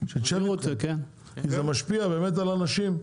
כי זה משפיע באמת על אנשים.